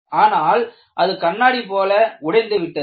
ஆனால் அது கண்ணாடி போல உடைந்து விட்டது